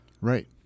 Right